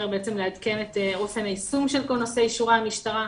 לעדכן את אופן היישום של כל אישורי המשטרה,